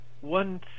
one